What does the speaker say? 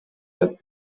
деп